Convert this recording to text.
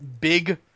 big